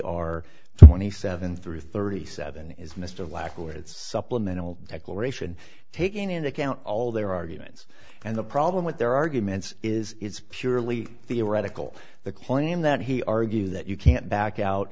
are twenty seven through thirty seven is mr lacker it's supplemental declaration taking into account all their arguments and the problem with their arguments is it's purely theoretical the claim that he argue that you can't back out